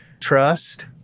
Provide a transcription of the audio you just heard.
trust